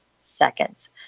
seconds